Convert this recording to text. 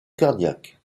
cardiaque